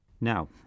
Now